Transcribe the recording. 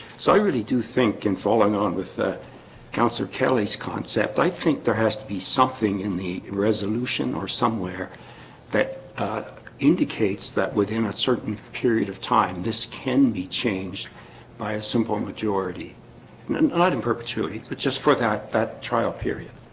so i really do think and falling on with councilor kelly's concept i think there has to be something in the resolution or somewhere that indicates that within a certain period of time this can be changed by a simple majority nod in perpetuity, but just for that that trial period